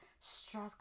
stress